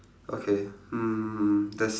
okay hmm there's